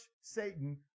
Satan